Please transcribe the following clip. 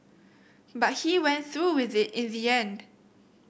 but he went through with it in the end